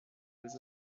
des